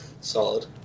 Solid